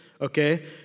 Okay